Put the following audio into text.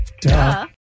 Duh